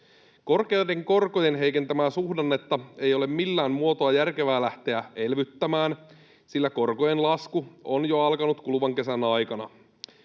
Korkeiden korkojen heikentämää suhdannetta ei ole millään muotoa järkevää lähteä elvyttämään, sillä korkojen lasku on jo alkanut kuluvan kesän aikana.